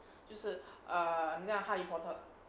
就是 err 很像哈利波特